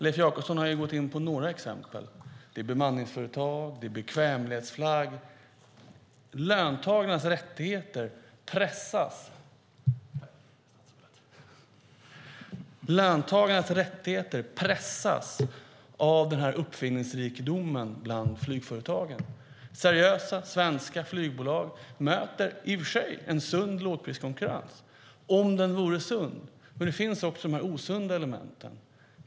Leif Jakobsson har gått in på några exempel. Det är bemanningsföretag och bekvämlighetsflagg. Löntagarnas rättigheter pressas av uppfinningsrikedomen bland flygföretagen. Seriösa svenska flygbolag möter en i och för sig sund lågpriskonkurrens, men det finns också osunda element.